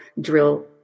drill